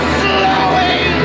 slowing